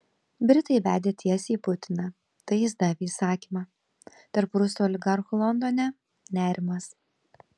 britai bedė tiesiai į putiną tai jis davė įsakymą tarp rusų oligarchų londone nerimas